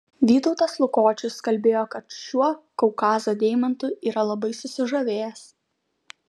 vytautas lukočius kalbėjo kad šiuo kaukazo deimantu yra labai susižavėjęs